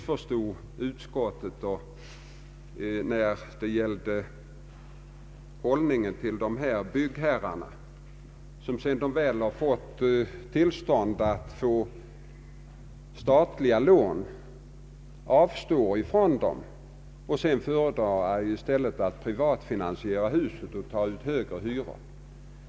Jag vill dock säga att herr Werner kanske missförstått utskottets hållning till de byggherrar som sedan de väl beviljats statliga lån avstår från dem och föredrar att privatfinansiera husen och ta ut högre hyror.